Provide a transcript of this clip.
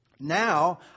Now